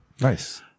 nice